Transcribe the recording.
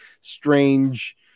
strange